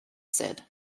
said